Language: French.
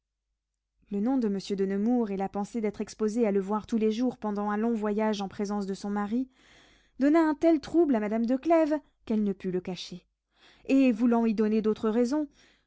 le nom de monsieur de nemours et la pensée d'être exposée à le voir tous les jours pendant un long voyage en présence de son mari donna un tel trouble à madame de clèves qu'elle ne le put cacher et voulant y donner d'autres raisons